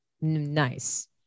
Nice